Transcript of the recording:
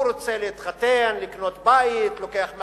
הוא רוצה להתחתן, לקנות בית, לוקח משכנתה,